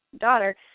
daughter